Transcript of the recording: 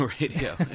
radio